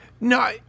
No